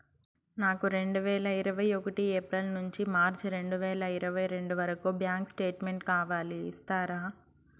నాకు రెండు వేల ఇరవై ఒకటి ఏప్రిల్ నుండి మార్చ్ రెండు వేల ఇరవై రెండు వరకు బ్యాంకు స్టేట్మెంట్ కావాలి ఇస్తారా